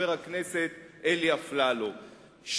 חבר הכנסת אלי אפללו,